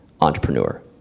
entrepreneur